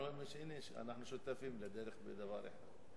אנחנו שותפים לדרך בדבר אחד.